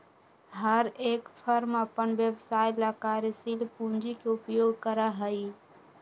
हर एक फर्म अपन व्यवसाय ला कार्यशील पूंजी के उपयोग करा हई